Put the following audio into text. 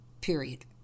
period